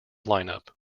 lineup